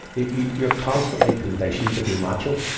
you're constantly conditioned to be macho.